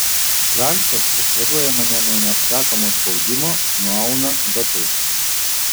ralfas išvaduoja mane nuo neapsakomo spaudimo nuauna batus